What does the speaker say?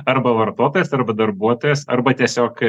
arba vartotojas arba darbuotojas arba tiesiog